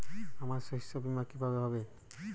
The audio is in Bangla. আমার শস্য বীমা কিভাবে হবে?